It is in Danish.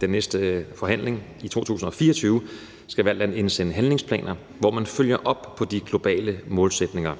den næste forhandling, i 2024 indsende handlingsplaner, hvor man følger op på de globale målsætninger.